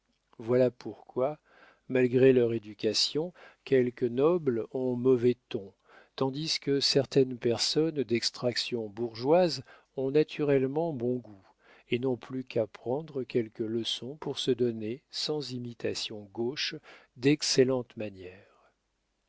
voilà pourquoi malgré leur éducation quelques nobles ont mauvais ton tandis que certaines personnes d'extraction bourgeoise ont naturellement bon goût et n'ont plus qu'à prendre quelques leçons pour se donner sans imitation gauche d'excellentes manières